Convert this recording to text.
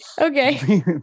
Okay